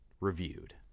reviewed